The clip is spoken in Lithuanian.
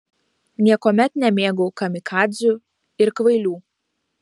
niekuomet nemėgau kamikadzių ir kvailių